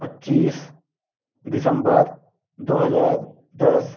पच्चीस दिसम्बर दो हज़ार दस